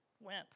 went